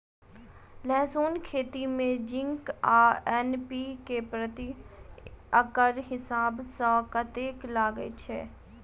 लहसून खेती मे जिंक आ एन.पी.के प्रति एकड़ हिसाब सँ कतेक लागै छै?